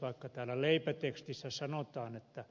vaikka täällä leipätekstissä sanotaan että